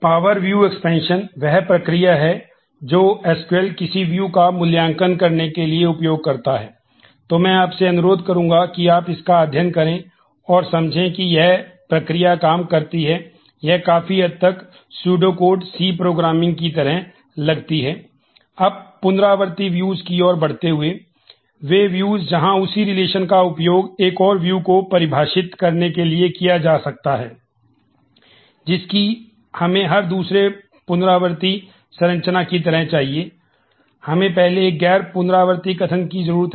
power view की तरह लगती है